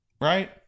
right